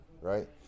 right